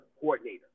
coordinator